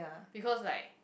because like